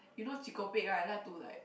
you know what's Chee-Ko-Pek right like to like